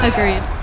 Agreed